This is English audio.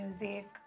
music